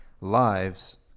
lives